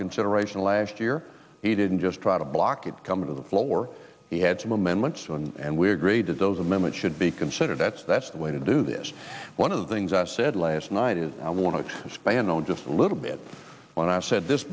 consideration last year he didn't just try to block it come to the floor he had two men lunch and we agreed to those amendment should be considered that's that's the way to do this one of the things i said last night is i want to expand on just a little bit when i said this